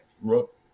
Rook